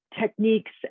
techniques